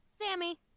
Sammy